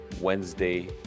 Wednesday